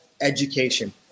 education